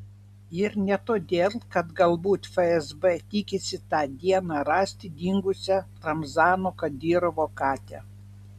ir ne todėl kad galbūt fsb tikisi tą dieną rasti dingusią ramzano kadyrovo katę